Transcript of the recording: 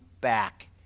back